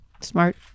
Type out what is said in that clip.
Smart